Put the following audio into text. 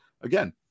again